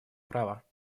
права